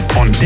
on